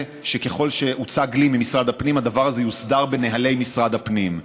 וככל שהוצג לי במשרד הפנים הדבר הזה יוסדר בנוהלי משרד הפנים.